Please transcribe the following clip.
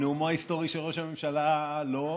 נאומו ההיסטורי של ראש הממשלה, לא,